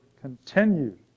continue